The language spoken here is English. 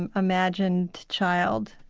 and imagined child,